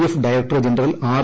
F director general R